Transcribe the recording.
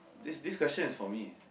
this this question is for me